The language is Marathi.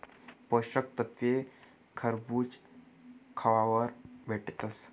पोषक तत्वे खरबूज खावावर भेटतस